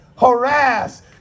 harass